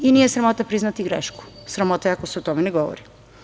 Nije sramota priznati grešku, sramota je ako se o tome ne govori.